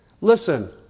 listen